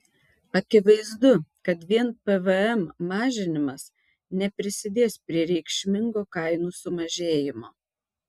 akivaizdu kad vien pvm mažinimas neprisidės prie reikšmingo kainų sumažėjimo